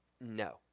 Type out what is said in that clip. No